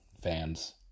Fans